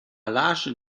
large